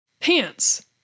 Pants